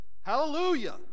Hallelujah